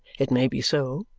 it may be so,